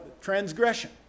transgression